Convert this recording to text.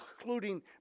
Including